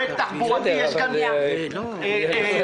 --- טיבי,